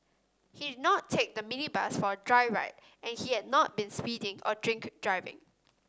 he did not take the minibus for a joyride and he had not been speeding or drink driving